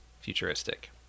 futuristic